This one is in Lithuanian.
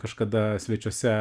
kažkada svečiuose